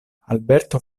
alberto